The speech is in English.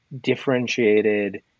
differentiated